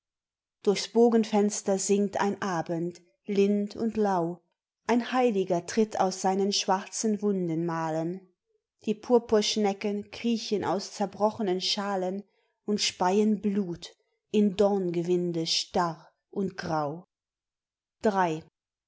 durchs bogenfenster sinkt ein abend lind und lau ein heiliger tritt aus seinen schwarzen wundenmalen die purpurschnecken kriechen aus zerbrochenen schalen und speien blut in dorngewinde starr und grau